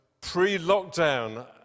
pre-lockdown